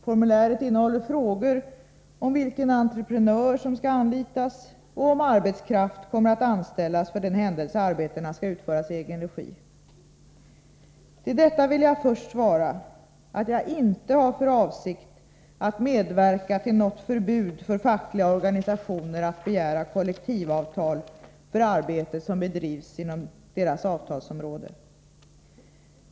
Formuläret innehåller frågor om vilken entreprenör som skall anlitas och om arbetskraft kommer att anställas för den händelse arbetena skall utföras i egen regi. Till detta vill jag först svara att jag inte har för avsikt att medverka till något förbud för fackliga organisationer att begära kollektivavtal för arbete som fackliga organisationer att infordra bedrivs inom deras avtalsområden.